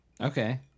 Okay